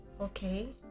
okay